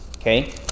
Okay